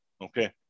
okay